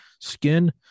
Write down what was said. skin